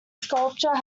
sculpture